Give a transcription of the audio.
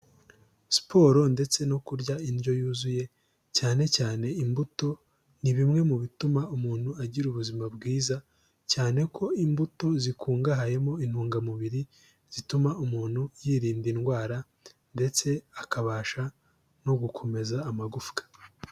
Siporo ndetse no kurya indyo yuzuye cyane cyane imbuto, ni bimwe mu bituma umuntu agira ubuzima bwiza, cyane ko imbuto zikungahayemo intungamubiri, zituma umuntu yirinda indwara ndetse akabasha no gukomeza amagufwa.